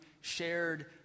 shared